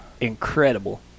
incredible